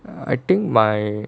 I think my